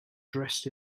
dressed